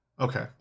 Okay